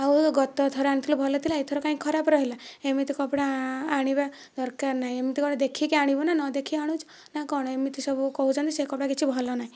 ଆଉ ଗତଥର ଆଣିଥିଲୁ ଭଲ ଥିଲା ଏଥର କାହିଁକି ଖରାପ ରହିଲା ଏମିତି କପଡ଼ା ଆଣିବା ଦରକାର ନାହିଁ ଏମିତି କପଡ଼ା ଦେଖିକି ଆଣିବୁ ନା ନ ଦେଖିକି ଆଣୁଛୁ ନା କ'ଣ ଏମିତି ସବୁ କହୁଛନ୍ତି ସେ କପଡ଼ା କିଛି ଭଲ ନାହିଁ